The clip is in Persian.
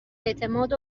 اعتماد